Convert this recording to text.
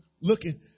looking